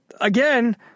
again